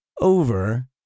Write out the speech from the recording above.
over